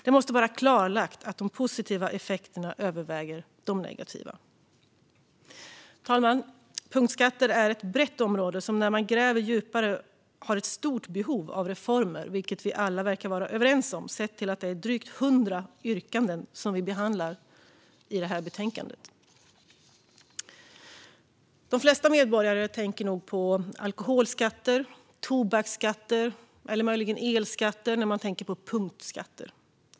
Det måste vara klarlagt att de positiva effekterna överväger de negativa. Fru talman! Punktskatter är ett brett område som när man gräver djupare har ett stort behov av reformer, vilket vi alla verkar vara överens om sett till att det är drygt 100 yrkanden vi behandlar i betänkandet. De flesta medborgare tänker nog på alkoholskatter, tobaksskatter eller möjligen elskatter när de tänker på punktskatter.